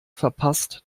verpasst